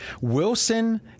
Wilson